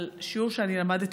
על שיעור שאני למדתי,